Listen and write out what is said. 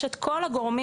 יש את כל הגורמים.